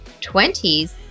20s